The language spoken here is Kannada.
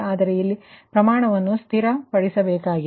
ಆದರೆ ಇಲ್ಲಿ ಪ್ರಮಾಣವನ್ನು ಸ್ಥಿರ ಪಡಿಸಬೇಕಾಗಿದೆ